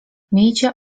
miejcie